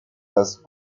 است